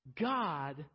God